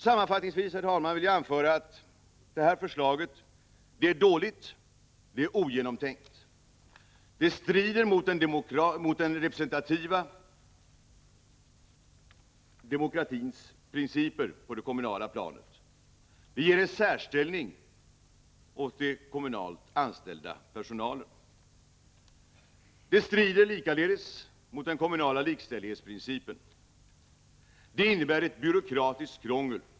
Sammanfattningsvis, herr talman, vill jag anföra: Detta förslag är dåligt och ogenomtänkt. Det strider mot den representativa demokratins princip på det kommunala planet. Det ger en särställning åt den kommunalt anställda personalen. Förslaget strider likaledes mot den kommunala likställighetsprincipen. Det innebär byråkratiskt krångel.